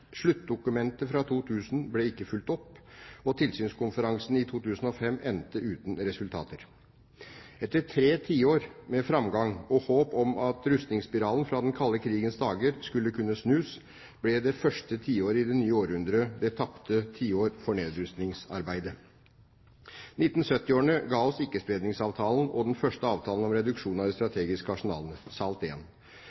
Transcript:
Sluttdokumentet fra 2000 ble ikke fulgt opp, og tilsynskonferansen i 2005 endte uten resultater. Etter tre tiår med framgang og håp om at rustningsspiralen fra den kalde krigens dager skulle kunne snus, ble det første tiåret i det nye århundret det tapte tiår for nedrustningsarbeidet. 1970-årene ga oss Ikke-spredningsavtalen og den første avtalen om reduksjon av